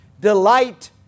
Delight